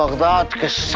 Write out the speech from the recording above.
about